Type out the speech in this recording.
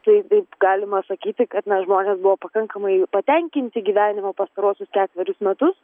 tai taip galima sakyti kad na žmonės buvo pakankamai patenkinti gyvenimu pastaruosius ketverius metus